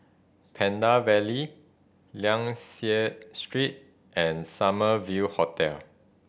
Pandan Valley Liang Seah Street and Summer View Hotel